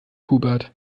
hubert